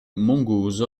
mongoose